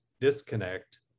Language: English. disconnect